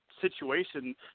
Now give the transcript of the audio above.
situation